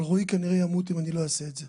אבל רועי כנראה ימות אם אני לא אעשה את זה.